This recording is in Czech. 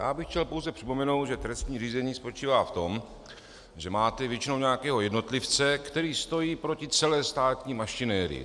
Já bych chtěl pouze připomenout, že trestní řízení spočívá v tom, že máte většinou nějakého jednotlivce, který stojí proti celé státní mašinérii.